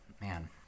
man